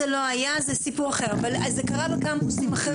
זה קרה בקמפוסים אחרים.